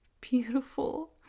beautiful